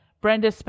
Brenda